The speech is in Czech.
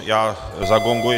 Já zagonguji.